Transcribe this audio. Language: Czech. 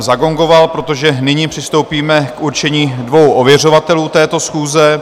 Zagongoval jsem, protože nyní přistoupíme k určení dvou ověřovatelů této schůze.